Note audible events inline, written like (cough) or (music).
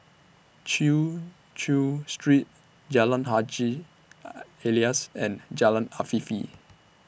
Chin Chew Street Jalan Haji (noise) Alias and Jalan Afifi